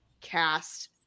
cast